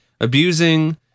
abusing